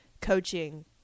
coaching